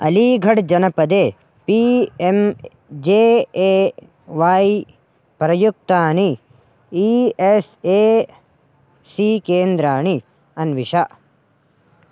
अलीघड् जनपदे P M J A Y प्रयुक्तानि E S A C केन्द्राणि अन्विष